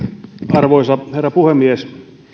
arvoisa herra puhemies